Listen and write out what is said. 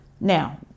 Now